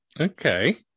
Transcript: Okay